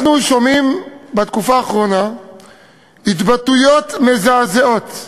אנחנו שומעים בתקופה האחרונה התבטאויות מזעזעות,